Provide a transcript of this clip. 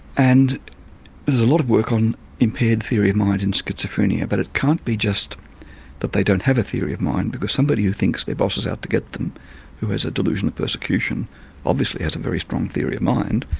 and there's a lot of work on impaired theory of mind in schizophrenia, but it can't be just that they don't have a theory of mind, because somebody who thinks their boss is out to get them who has a delusion of persecution obviously has a very strong theory of mind,